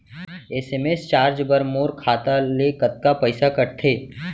SMS charge बर मोर खाता ले कतका पइसा कटथे?